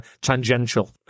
Tangential